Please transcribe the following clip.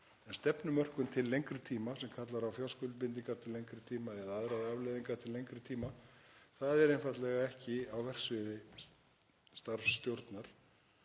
En stefnumörkun til lengri tíma sem kallar á fjárskuldbindingar til lengri tíma eða aðrar afleiðingar til lengri tíma er einfaldlega ekki á verksviði starfsstjórnar,